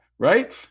Right